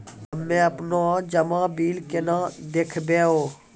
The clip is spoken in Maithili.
हम्मे आपनौ जमा बिल केना देखबैओ?